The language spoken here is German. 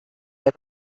der